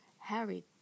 Harry